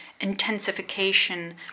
intensification